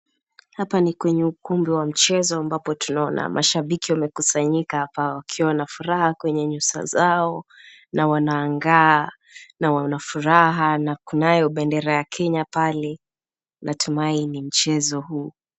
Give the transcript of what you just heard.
Hapa ni kwenye ukumbi wa michezo ambapo tunaona mashabiki wamekusanyika hapa wakiwa na furaha kwenye nyuso zao, wanangaa na wana wana furaha na kunayo bendera ya Kenya pale ,natumai ni mchezo huo.